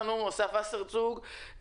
אסף וסרצוג,